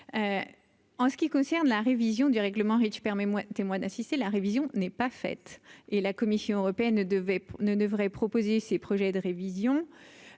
en ce qui concerne la révision du règlement Reach permet moi témoin assisté la révision n'est pas fait et la Commission européenne devait ne devrait proposer ses projets de révision